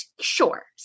sure